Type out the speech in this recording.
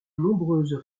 nombreuses